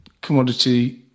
commodity